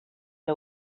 que